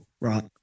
right